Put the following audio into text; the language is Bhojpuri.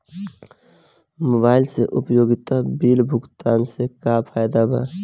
मोबाइल से उपयोगिता बिल भुगतान से का फायदा बा?